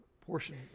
portion